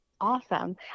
Awesome